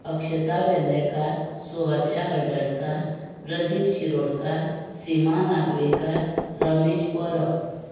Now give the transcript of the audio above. Akshaka Verlekar Suharsha Haldankar Pradeep Shirodkar Seema Nagvekar Ramesh Parab